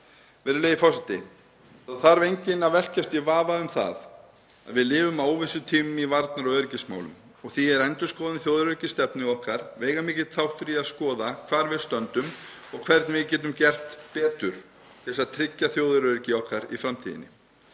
Virðulegi forseti. Það þarf enginn að velkjast í vafa um það að við lifum á óvissutímum í varnar- og öryggismálum og því er endurskoðun þjóðaröryggisstefnu okkar veigamikill þáttur í að skoða hvar við stöndum og hvernig við getum gert betur til að tryggja þjóðaröryggi okkar í framtíðinni.